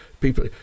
people